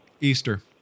Easter